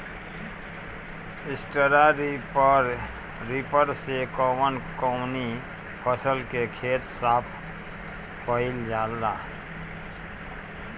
Straw reaper से कवन कवनी फसल के खेत साफ कयील जाला?